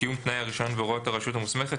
לקיום תנאי הרישיון והוראות הרשות המוסמכת,